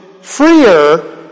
freer